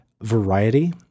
variety